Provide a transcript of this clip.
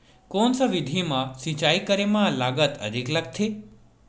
कोन सा विधि म सिंचाई करे म लागत अधिक लगथे?